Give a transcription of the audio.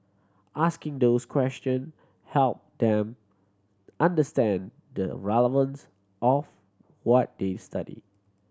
asking those question helped them understand the relevance of to what they study